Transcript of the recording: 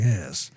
Yes